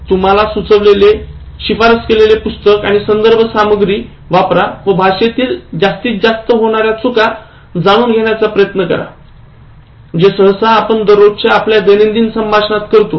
तुम्हाला सुचवलेलेशिफारस केलेले पुस्तके आणि संदर्भ सामग्री वापरा व भाषेतील जास्तीतजास्त होणाऱ्या चुका जाणून घेण्याचा प्रयत्न करा जे सहसा आपण दररोजच्या आपल्या दैनंदिन संभाषणात करतो